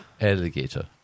Alligator